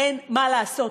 אין מה לעשות.